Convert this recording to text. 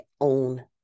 own